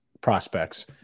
prospects